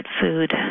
food